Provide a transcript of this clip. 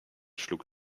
schlug